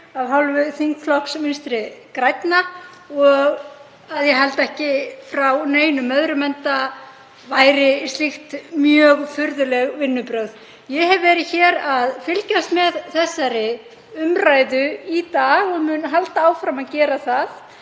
af hálfu þingflokks Vinstri grænna og að ég held ekki frá neinum öðrum enda væri slíkt mjög furðuleg vinnubrögð. Ég hef verið hér að fylgjast með þessari umræðu í dag og mun halda áfram að gera það